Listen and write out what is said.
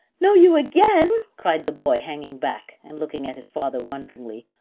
know you again! cried the boy, hanging back, and looking at his father wonderingly.